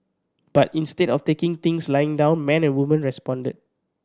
but instead of taking things lying down men and woman responded